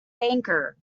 baker